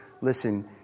Listen